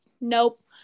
nope